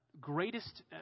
greatest